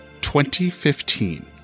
2015